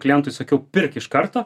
klientui sakiau pirk iš karto